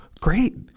Great